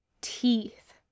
teeth